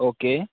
okay